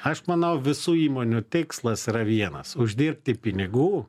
aš manau visų įmonių tikslas yra vienas uždirbti pinigų